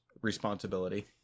responsibility